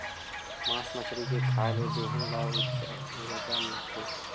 मास मछरी के खाए ले देहे ल उरजा मिलथे